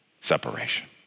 separation